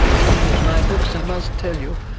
in my books, i must tell you,